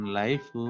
life